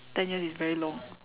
ten years is very long